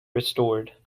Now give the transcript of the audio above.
restored